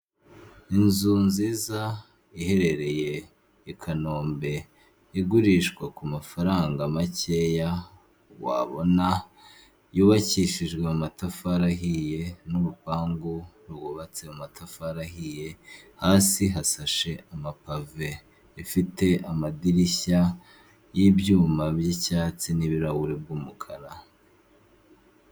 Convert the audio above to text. Inzu nziza iherereye i Kanombe igurishwa ku mafaranga makeya wabona, yubakishijwe amatafari ahiye n'urupangu rwubatse mu matafari ahiye. Hasi hasashe amapave, ifite amadirishya y'ibyuma by'icyatsi n'ibirahuri by'umukara.